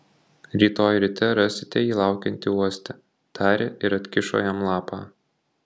rytoj ryte rasite jį laukiantį uoste tarė ir atkišo jam lapą